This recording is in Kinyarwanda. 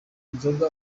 nzoga